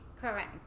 correct